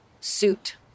suit